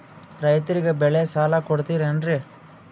ರೈತರಿಗೆ ಬೆಳೆ ಸಾಲ ಕೊಡ್ತಿರೇನ್ರಿ?